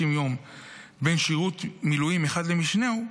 יום בין שירות מילואים אחד למשנהו,